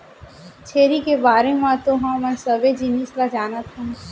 छेरी के बारे म तो हमन सबे जिनिस ल जानत हन